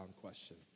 question